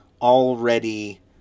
already